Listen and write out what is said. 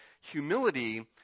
humility